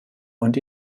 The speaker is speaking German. und